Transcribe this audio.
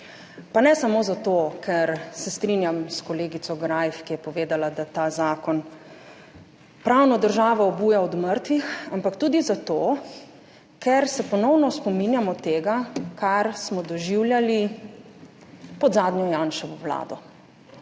Pa ne samo zato, ker se strinjam s kolegico Greif, ki je povedala, da ta zakon pravno državo obuja od mrtvih, ampak tudi zato, ker se ponovno spominjamo tega, kar smo doživljali pod zadnjo Janševo vlado.